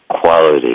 quality